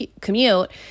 commute